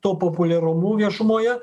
tuo populiarumu viešumoje